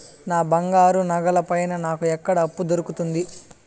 నా బంగారు నగల పైన నాకు ఎక్కడ అప్పు దొరుకుతుంది